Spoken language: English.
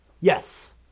Yes